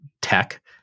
tech